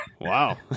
wow